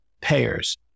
payers